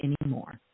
anymore